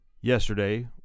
yesterday